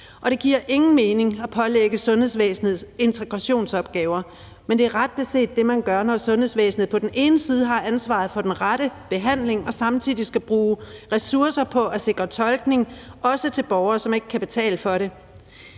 det giver ingen mening at pålægge sundhedsvæsenet integrationsopgaver, men det er ret beset det, man gør, når sundhedsvæsenet på den ene side har ansvaret for den rette behandling og samtidig også skal bruge ressourcer på at sikre tolkning til borgere, som ikke kan betale for det.